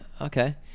okay